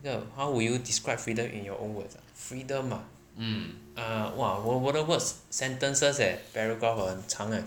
这个 how would you describe freedom in your own words ah freedom ah err !wah! 我的 words sentences eh paragraph eh 很长额